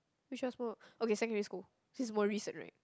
which are small okay secondary school since more recent right